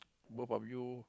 both of you